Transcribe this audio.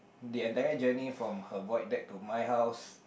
the entire journey from her void deck to my house